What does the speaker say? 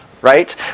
right